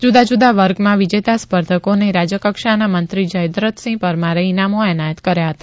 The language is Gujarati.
જુદા જુદા વર્ગમાં વિજેતા સ્પર્ધકોને રાજ્યકક્ષાના મંત્રી જયદ્રતસિંહ પરમારે ઇનામ એનાયત કર્યા હતા